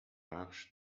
بخش